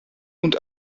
und